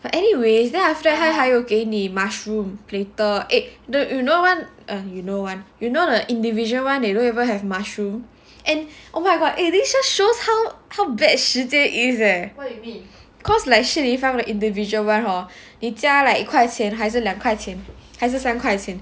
but anyways then after that 他还有给你 mushroom platter egg you know [one] you know the individual [one] they don't even have mushroom and oh my god this just shows how how bad Shi Jian is eh cause like Shi Li Fang the individual [one] hor 你加 like 一块钱还是两块钱还是三块钱